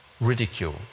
ridicule